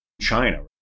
China